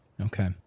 Okay